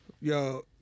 Yo